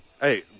Hey